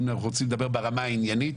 אם אנחנו רוצים לדבר ברמה העניינית,